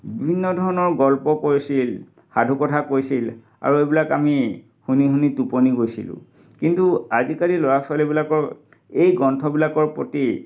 বিভিন্ন ধৰণৰ গল্প কৈছিল সাধু কথা কৈছিল আৰু এইবিলাক আমি শুনি শুনি টোপনি গৈছিলোঁ কিন্তু আজিকালি ল'ৰা ছোৱোলীবিলাকৰ এই গ্ৰন্থবিলাকৰ প্ৰতি